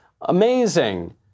amazing